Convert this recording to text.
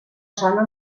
zona